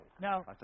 Now